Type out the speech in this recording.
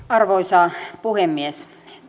arvoisa puhemies